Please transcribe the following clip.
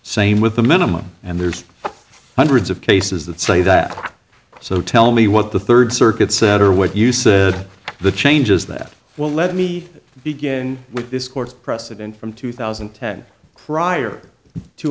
same with the minimum and there's hundreds of cases that say that so tell me what the third circuit said or what you say the changes that will let me begin with this court's precedent from two thousand and ten prior to